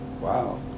wow